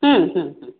हम्म हम्म हम्म